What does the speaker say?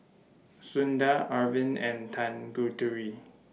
Sundar Arvind and Tanguturi